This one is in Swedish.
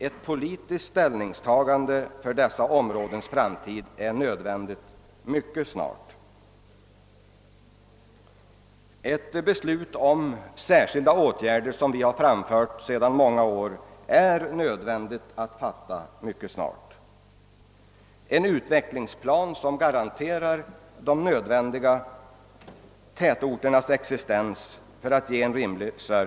Ett politiskt ställningstagande, varom vi i många år framfört önskemål, är nödvändigt för dessa områdens framtid. En utvecklingsplan som garanterar de nödvändiga tätorternas existens måste upprättas.